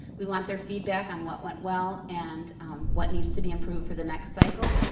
we want their feedback on what went well and what needs to be improved for the next cycle.